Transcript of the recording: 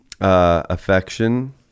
Affection